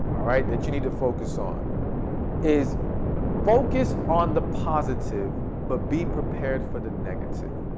all right, that you need to focus on is focus on the positive but be prepared for the negative.